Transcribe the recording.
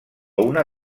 una